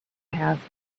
passed